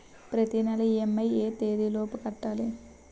ప్రతినెల ఇ.ఎం.ఐ ఎ తేదీ లోపు కట్టాలి?